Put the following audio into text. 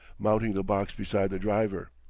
mounting the box beside the driver.